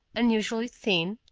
unusually thin,